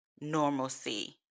normalcy